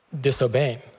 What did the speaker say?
disobeying